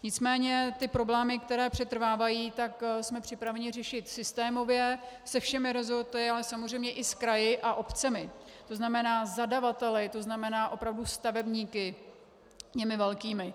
Nicméně ty problémy, které přetrvávají, jsme připraveni řešit systémově se všemi rezorty, ale samozřejmě i s kraji a obcemi, to znamená zadavateli, to znamená opravdu stavebníky, těmi velkými.